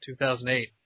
2008